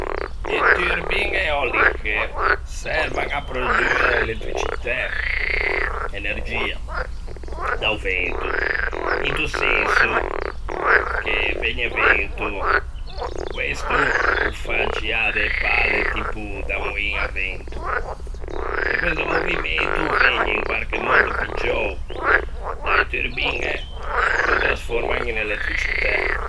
E turbiñe eòliche servan à produe elettricitæ, energia, da-o vento, into senso che vëgne vento, questo o fa giâ de pale tipo da moin à vento, e questo movimento o vëgne in quarche mòddo piggiou da-e turbiñe che ô transforman in elettricitæ.